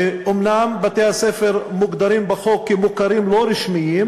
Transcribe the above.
שאומנם בתי-הספר מוגדרים בחוק כמוכרים לא רשמיים,